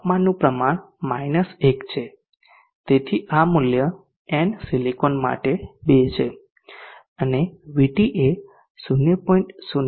તાપમાનનું પ્રમાણ 1 છે તેથી આ મૂલ્ય N સિલિકોન માટે 2 છે અને VT એ 0